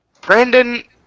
Brandon